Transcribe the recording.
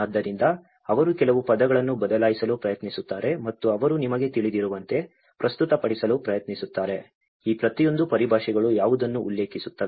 ಆದ್ದರಿಂದ ಅವರು ಕೆಲವು ಪದಗಳನ್ನು ಬದಲಾಯಿಸಲು ಪ್ರಯತ್ನಿಸುತ್ತಾರೆ ಮತ್ತು ಅವರು ನಿಮಗೆ ತಿಳಿದಿರುವಂತೆ ಪ್ರಸ್ತುತಪಡಿಸಲು ಪ್ರಯತ್ನಿಸುತ್ತಾರೆ ಈ ಪ್ರತಿಯೊಂದು ಪರಿಭಾಷೆಗಳು ಯಾವುದನ್ನು ಉಲ್ಲೇಖಿಸುತ್ತವೆ